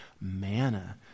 manna